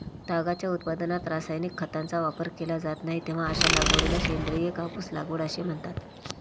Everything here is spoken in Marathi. तागाच्या उत्पादनात रासायनिक खतांचा वापर केला जात नाही, तेव्हा अशा लागवडीला सेंद्रिय कापूस लागवड असे म्हणतात